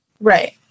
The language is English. Right